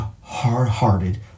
hard-hearted